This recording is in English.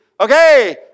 Okay